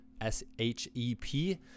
S-H-E-P